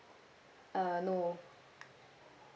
uh no